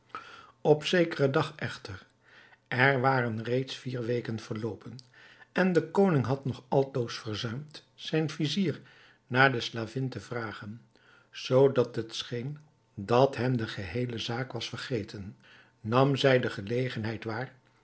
op zekeren dag echter er waren reeds vier weken verloopen en de koning had nog altoos verzuimd zijn vizier naar de slavin te vragen zoodat het scheen dat hem de geheele zaak was vergeten nam zij de gelegenheid waar